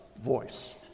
voice